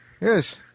Yes